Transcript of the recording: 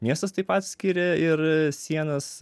miestas taip pat skiria ir sienas